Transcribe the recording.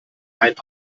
einen